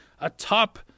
atop